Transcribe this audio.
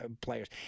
players